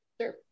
Sure